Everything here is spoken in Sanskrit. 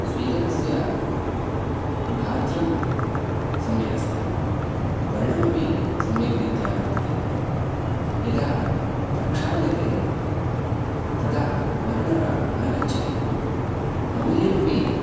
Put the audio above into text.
स्वेदकस्य गात्रं सम्यगस्ति वर्णमपि सम्यग्रीत्या वर्तते यदा प्रक्षाल्यते तदा वर्णः न गच्छति मौल्यमपि